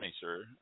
sir